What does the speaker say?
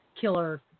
Killer